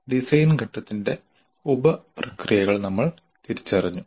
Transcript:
design ഘട്ടത്തിന്റെ ഉപ പ്രക്രിയകൾ നമ്മൾ തിരിച്ചറിഞ്ഞു